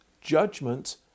judgment